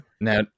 Now